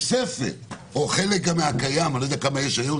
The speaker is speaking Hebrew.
והתוספת או חלק מהקיים אני לא יודע כמה יש היום,